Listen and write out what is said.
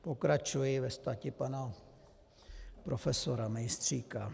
Pokračuji ve stati pana profesora Mejstříka.